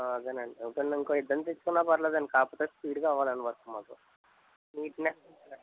అదేనండి ఓకేండి ఇంకో ఇద్దరిని తీసుకున్నా పర్లేదండి కాకపోతే స్పీడ్గా అవ్వాలండి మొత్తం మాకు నీట్నెస్